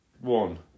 one